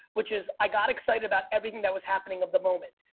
which is i got excited about everything that was happening of the moment.